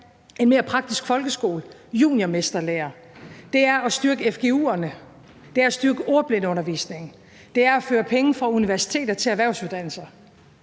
en mere praktisk folkeskole og juniormesterlære. Det er at styrke fgu'erne. Det er at styrke ordblindeundervisningen. Det er at føre penge fra universiteter til erhvervsuddannelser.